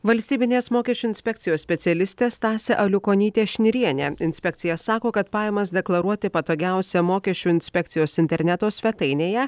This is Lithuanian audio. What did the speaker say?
valstybinės mokesčių inspekcijos specialistė stasė aliukonytė šnirienė inspekcija sako kad pajamas deklaruoti patogiausia mokesčių inspekcijos interneto svetainėje